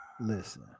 listen